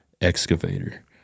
excavator